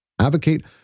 Advocate